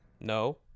No